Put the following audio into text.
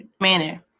manner